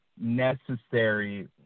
necessary